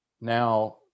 Now